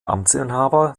amtsinhaber